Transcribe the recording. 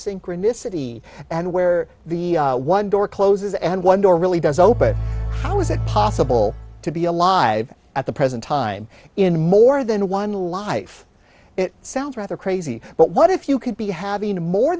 synchronicity and where the one door closes and one door really does open how is it possible to be alive at the present time in more than one life it sounds rather crazy but what if you could be having more